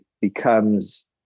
becomes